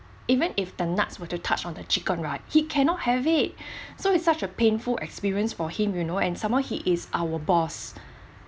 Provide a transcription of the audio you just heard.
even if the nuts were to touch on the chicken right he cannot have it so it's such a painful experience for him you know and some more he is our boss